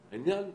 ונעלם.